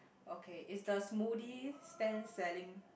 ok is the smoothie stand selling